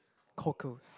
cockles